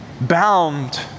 bound